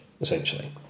essentially